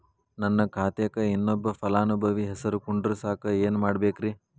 ನನ್ನ ಖಾತೆಕ್ ಇನ್ನೊಬ್ಬ ಫಲಾನುಭವಿ ಹೆಸರು ಕುಂಡರಸಾಕ ಏನ್ ಮಾಡ್ಬೇಕ್ರಿ?